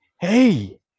Hey